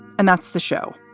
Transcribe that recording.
and that's the show.